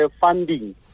funding